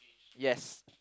yes